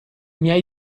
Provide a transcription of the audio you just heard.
miei